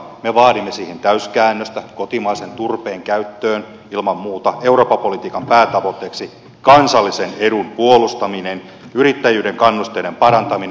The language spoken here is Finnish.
me vaadimme siihen täyskäännöstä kotimaisen turpeen käyttöön ilman muuta eurooppa politiikan päätavoitteeksi kansallisen edun puolustaminen yrittäjyyden kannusteiden parantaminen